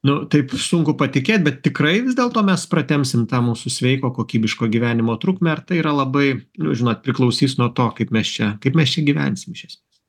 nu taip sunku patikėt bet tikrai vis dėlto mes pratemsim tą mūsų sveiko kokybiško gyvenimo trukmę ar tai yra labai nu žinot priklausys nuo to kaip mes čia kaip mes čia gyvensim iš esmės